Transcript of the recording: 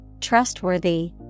trustworthy